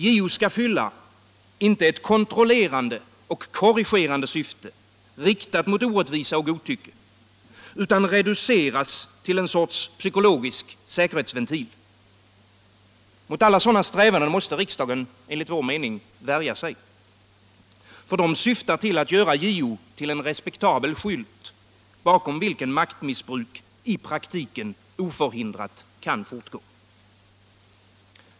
JO skall inte fylla ett kontrollerande och korrigerande syfte, riktat mot orättvisa och godtycke, utan reduceras till en sorts psykologisk säkerhetsventil. Mot alla sådana strävanden måste riksdagen enligt vår mening värja sig, eftersom de syftar till att göra JO till en respektabel skylt, bakom vilken maktmissbruk i praktiken oförhindrat kan fortgå.